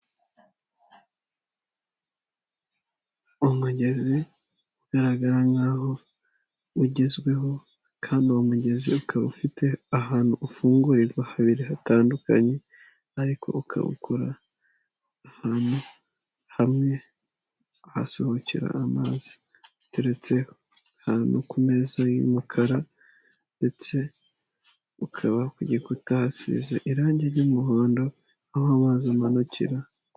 Umuhanda mwiza kandi ufite isuku bashyizeho akayira k'abanyamaguru gahagije, bamwe baratambuka abandi nabo bagakora imyitozo ngororamubiri, ku mpande hariho inyubako ikorerwamo n'ikigo cyitwa radiyanti gikora ibigendanye n'ubwizigame ndetse no kwishinganisha.